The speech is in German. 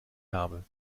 habe